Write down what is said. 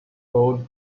told